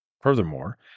Furthermore